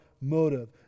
motive